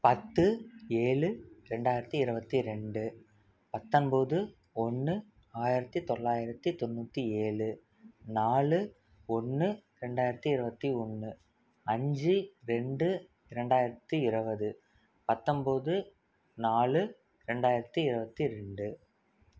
பத்து ஏழு ரெண்டாயிரத்து இருபத்தி ரெண்டு பத்தொன்பது ஒன்று ஆயிரத்து தொள்ளாயிரத்து தொண்ணூற்றி ஏழு நாலு ஒன்று ரெண்டாயிரத்து இருபத்தி ஒன்று அஞ்சு ரெண்டு ரெண்டாயிரத்து இருபது பத்தொன்பது நாலு ரெண்டாயிரத்து இருபத்தி ரெண்டு